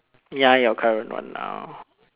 ya your current one now